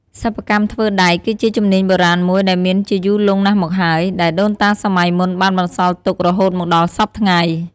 សិប្បកម្មធ្វើដែក គឺជាជំនាញបុរាណមួយដែលមានជាយូរលង់ណាស់មកហើយ ដែលដូនតាសម័យមុនបានបន្សល់ទុករហូតមកដល់សព្វថ្ងៃ។